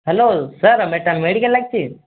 hello sir medical ଲାଗିଛି